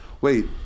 Wait